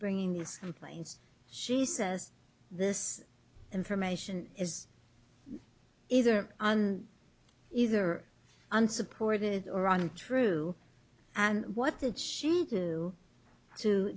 bringing these complaints she says this information is either on either unsupported or on untrue and what did she do to